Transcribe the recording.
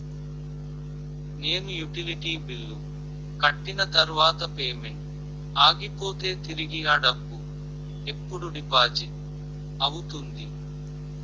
నేను utility bill కట్టిన తర్వాత పేమెంట్ ఆగిపోతే తిరిగి అ డబ్బు ఎప్పుడు డిపాజిట్ అవుతుంది?